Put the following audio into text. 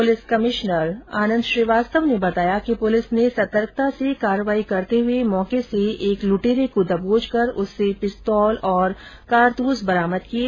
police आयुक्त आनंद श्रीवास्तव ने बताया कि पुलिस ने सतर्कता से कार्रवाई करते हुए मौके से एक लुटेर्र को दर्बोचकर उससे पिस्तौल और कारतूस बरामद किये